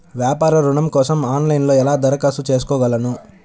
వ్యాపార ఋణం కోసం ఆన్లైన్లో ఎలా దరఖాస్తు చేసుకోగలను?